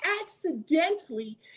accidentally